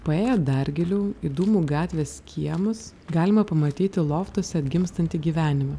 paėję dar giliau į dūmų gatvės kiemus galima pamatyti loftuose atgimstantį gyvenimą